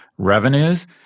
Revenues